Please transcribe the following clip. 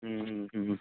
ਹੂੰ ਹੂੰ ਹੂੰ